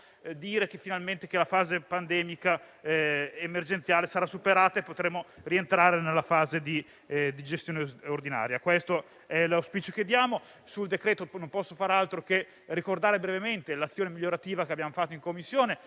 dire che finalmente la fase pandemica emergenziale sarà superata e potremo rientrare nella fase di gestione ordinaria. Questo è il nostro auspicio. Per quanto riguarda il decreto-legge, non posso fare altro che ricordare brevemente l'azione migliorativa che abbiamo svolto in Commissione,